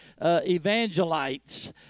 evangelites